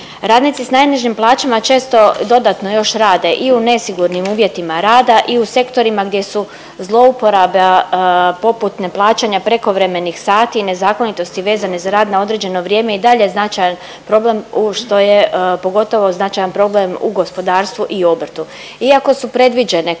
Radnici s najnižim plaćama često dodatno još rade i u nesigurnim uvjetima rada i u sektorima gdje su zlouporaba poput neplaćanja prekovremenih sati, nezakonitosti vezane za rad na određeno vrijeme i dalje je značajan problem u što je pogotovo značajan problem u gospodarstvu i obrtu.